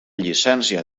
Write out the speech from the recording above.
llicència